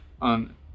on